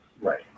right